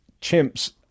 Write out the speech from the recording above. chimps